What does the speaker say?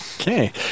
Okay